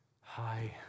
hi